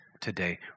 today